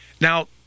Now